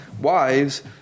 wives